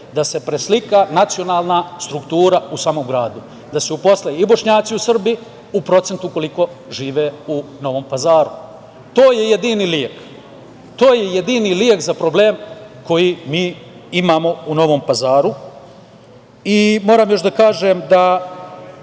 da se preslika nacionalna struktura u samom gradu, da se uposle i Bošnjaci u Srbiji u procentu koliko žive u Novom Pazaru. To je jedini lek. To je jedini lek za problem koji mi imamo u Novom Pazaru. Moram još da kažem,